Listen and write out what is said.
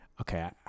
okay